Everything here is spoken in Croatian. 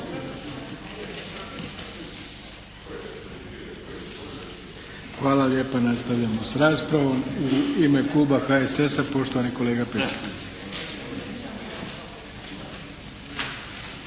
Hvala lijepa. Nastavljamo s raspravom. U ime Kluba HSS-a poštovani kolega Pecek.